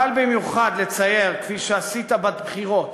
קל במיוחד לצייר, כפי שעשית בבחירות,